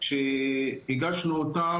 שהגשנו אותן.